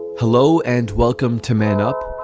hello and welcome to man up,